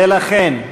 ולכן,